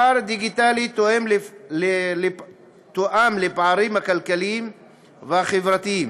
הפער הדיגיטלי תואם לפערים הכלכליים והחברתיים